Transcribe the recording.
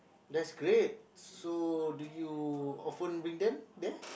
that's great so do you often bring them there